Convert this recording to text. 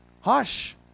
Hush